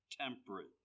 temperate